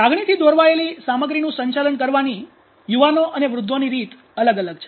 લાગણીથી દોરવાયેલી સામગ્રીનું સંચાલન કરવાની યુવાનો અને વૃદ્ધોની રીત અલગ અલગ છે